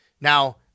Now